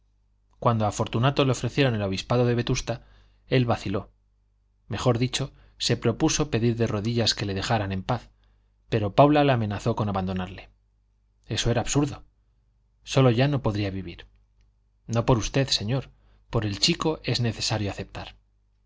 cuando a fortunato le ofrecieron el obispado de vetusta él vaciló mejor dicho se propuso pedir de rodillas que le dejaran en paz pero paula le amenazó con abandonarle eso era absurdo solo ya no podría vivir no por usted señor por el chico es necesario aceptar